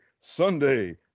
Sunday